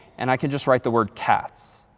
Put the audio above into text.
and i can just write the word cats.